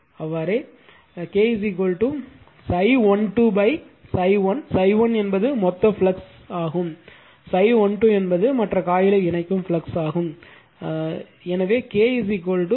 அப்படியே அதாவது K ∅12 ∅1 ∅1 என்பது மொத்த ஃப்ளக்ஸ் என்றும் ∅12 என்பது மற்ற காயிலை இணைக்கும் ஃப்ளக்ஸ் என்றும் தெரியும்